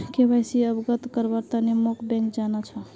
KYC अवगत करव्वार तने मोक बैंक जाना छ